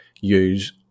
use